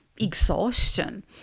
exhaustion